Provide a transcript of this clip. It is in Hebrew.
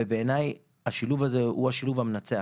ובעיניי השילוב הזה הוא השילוב המנצח